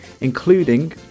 including